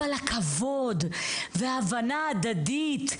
אבל הכבוד וההבנה ההדדית,